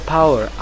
Power